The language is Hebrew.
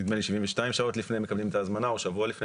נדמה לי שמקבלים את ההזמנה 72 שעות לפני כן או שבוע לפני.